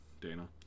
Dana